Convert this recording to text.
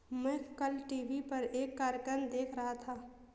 मैं कल टीवी पर एक कार्यक्रम देख रहा था